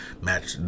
match